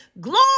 glory